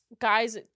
guys